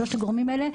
שלושת הגורמים האלה.